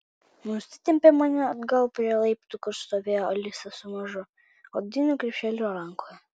nusitempė mane atgal prie laiptų kur stovėjo alisa su mažu odiniu krepšeliu rankoje